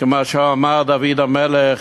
כמו שאמר דוד המלך: